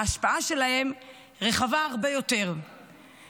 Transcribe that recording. ההשפעה שלהם רחבה הרבה יותר,